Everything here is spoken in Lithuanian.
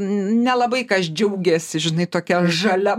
nelabai kas džiaugiasi žinai tokia žalia